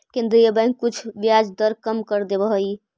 केन्द्रीय बैंक कुछ ब्याज दर कम कर देवऽ हइ